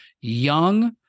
young